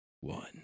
One